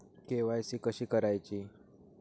KYC कशी करायची?